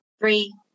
three